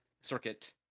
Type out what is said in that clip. circuit